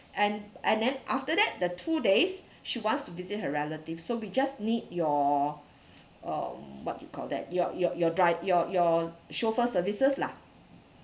and and then after that the two days she wants to visit her relative so we just need your um what we call that your your your dri~ your your chauffeur services lah